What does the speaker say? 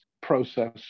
process